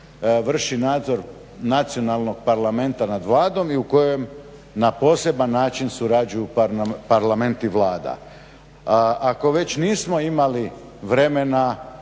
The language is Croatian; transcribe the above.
vrši nadzor nacionalnog parlamenta nad Vladom i u kojem na poseban način surađuju parlament i vlada. Ako već nismo imali vremena,